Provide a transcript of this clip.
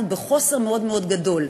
אנחנו בחוסר מאוד מאוד גדול.